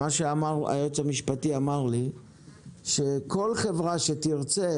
היועץ המשפטי אמר לי שכל חברה שתרצה